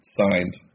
signed